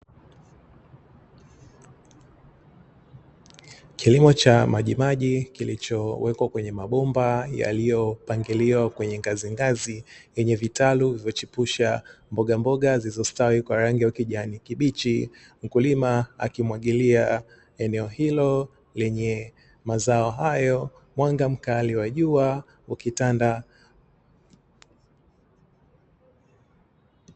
Kilimo cha majimaji kilichowekwa kwenye mabomba yaliyopangiliwa kwenye ngazingazi, kwenye vitalu vyachipusha mbogamboga zilizostawi kwa rangi ya kijani kibichi , mkulima akimwagilia eneo hilo lenye mazao hayo mwanga mkali wa jua ukitanda.